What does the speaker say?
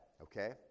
okay